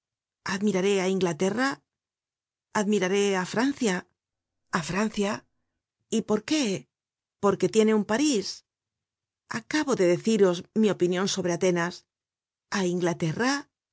admiraré á inglaterra admiraré á francia a francia y porqué porque tiene un parís acabo de deciros mi opinion sobre atenas a inglaterra